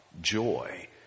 joy